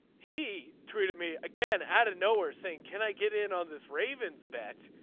he tweeted me again out of nowhere saying can i get in on this raven's bet.